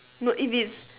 no if it's